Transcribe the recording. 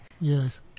Yes